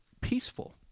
peaceful